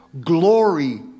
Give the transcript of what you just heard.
glory